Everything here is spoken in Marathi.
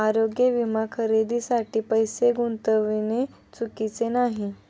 आरोग्य विमा खरेदीसाठी पैसे गुंतविणे चुकीचे नाही